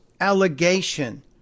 allegation